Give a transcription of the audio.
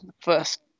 first